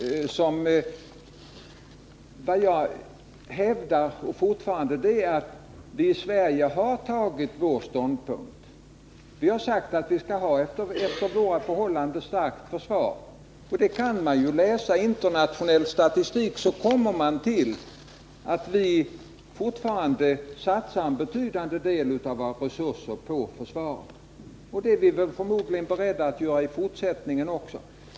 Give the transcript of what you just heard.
Jag hävdar i Sverige har tagit vår ståndpunkt. Vi har sagt att vi skall ha ett efter våra förhållanden starkt försvar. Läser man internationell statistik kommer man fram till att vi fortfarande satsar en betydande del av våra resurser på försvaret. Det är vi förmodligen beredda att göj också.